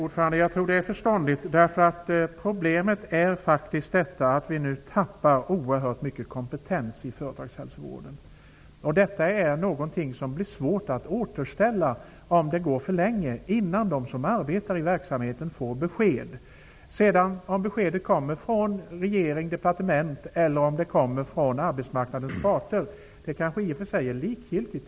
Herr talman! Jag tror att det är förståndigt. Problemet är att vi nu tappar oerhört mycket kompetens i företagshälsovården. Det blir svårt att återställa om det går för länge innan de som arbetar i verksamheten får besked. Om beskedet kommer från regeringen, departementet, eller från arbetsmarknadens parter kanske i och för sig är likgiltigt.